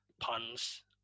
puns